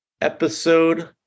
episode